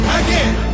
again